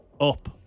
Up